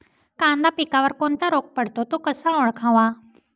कांदा पिकावर कोणता रोग पडतो? तो कसा ओळखावा?